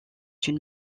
une